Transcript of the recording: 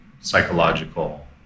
psychological